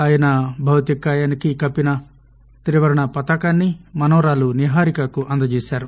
ఆయనభౌతికకాయానికికప్పినత్రివర్ణపతాకాన్ని మనవరాలునిహారికకుఅందజేశారు